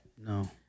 No